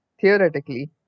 Theoretically